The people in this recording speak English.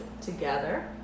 together